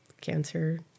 Cancer